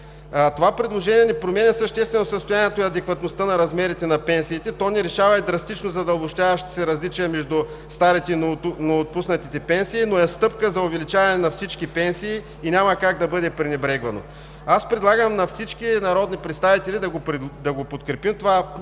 Това предложение не променя съществено състоянието и адекватността на размерите на пенсиите, не решава и драстично задълбочаващите се различия между старите и новоотпуснати пенсии, но е стъпка за увеличаване на всички пенсии и няма как да бъде пренебрегвано. Предлагам на всички народни представители да подкрепим това